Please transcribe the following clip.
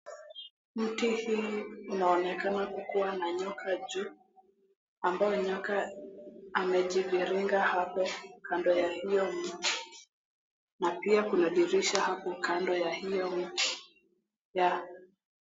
Mti hili unaonekana kukuwa na nyoka juu ambayo nyoka amejiviringa hapo kando ya hiyo mti na pia kuna dirisha hapo kando ya hiyo mti.